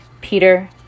Peter